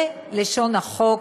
זה לשון החוק.